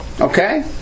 Okay